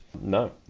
No